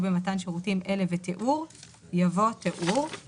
במתן שירותים אלה ותיאור" יבוא "תיאור";